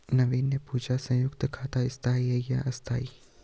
नवीन ने पूछा संयुक्त खाता स्थाई है या अस्थाई